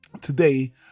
today